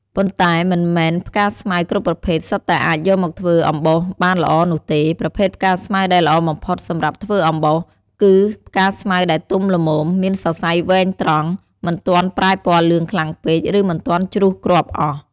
ប៉ុន្តែមិនមែនផ្កាស្មៅគ្រប់ប្រភេទសុទ្ធតែអាចយកមកធ្វើអំបោសបានល្អនោះទេ ប្រភេទផ្កាស្មៅដែលល្អបំផុតសម្រាប់ធ្វើអំបោស គឺផ្កាស្មៅដែលទុំល្មម មានសរសៃវែងត្រង់ មិនទាន់ប្រែពណ៌លឿងខ្លាំងពេក ឬមិនទាន់ជ្រុះគ្រាប់អស់។